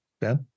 Ben